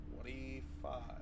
twenty-five